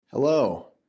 Hello